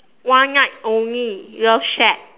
one night only love shack